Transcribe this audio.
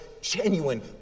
genuine